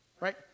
Right